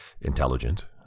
intelligent